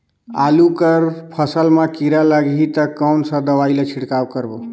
आलू कर फसल मा कीरा लगही ता कौन सा दवाई ला छिड़काव करबो गा?